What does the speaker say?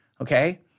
okay